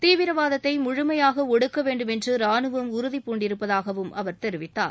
தீவிரவாதத்தை முழுமையாக ஒடுக்க வேண்டும் என்று ரானுவம் உறுதி பூண்டிருப்பதாகவும் அவர் தெரிவித்தார்